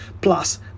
plus